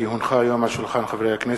כי הונחה היום על שולחן הכנסת,